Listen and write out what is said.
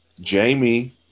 Jamie